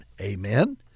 amen